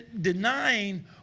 denying